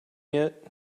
yet